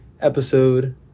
episode